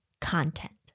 content